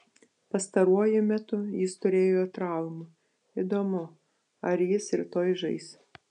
pastaruoju metu jis turėjo traumų įdomu ar jis rytoj žais